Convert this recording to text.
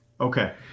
Okay